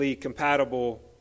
compatible